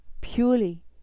Purely